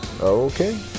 Okay